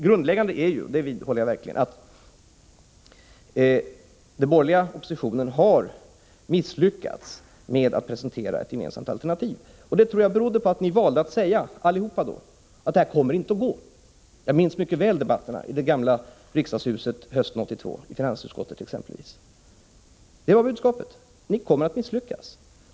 Grundläggande är, det vidhåller jag, att den borgerliga oppositionen har misslyckats med att presentera ett gemensamt alternativ. Jag tror det beror på att ni allihop valde att säga: Det här kommer inte att gå. Jag minns mycket väl debatterna i det gamla riksdagshuset hösten 1982, exempelvis i finansutskottet. Budskapet var: Regeringen kommer att misslyckas.